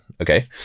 Okay